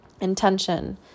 Intention